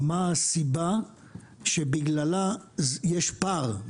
מה הסיבה שבשלה יש פער,